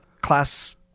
class